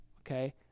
Okay